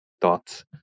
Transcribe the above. thoughts